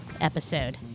episode